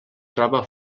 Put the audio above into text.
troba